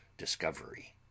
Discovery